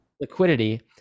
liquidity